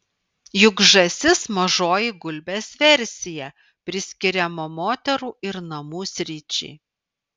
juk žąsis mažoji gulbės versija priskiriama moterų ir namų sričiai